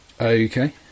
Okay